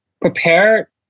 Prepare